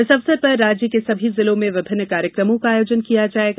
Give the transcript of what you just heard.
इस अवसर पर राज्य के सभी जिलों में विभिन्न कार्यक्रमों का आयोजन किया जाएगा